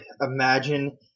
imagine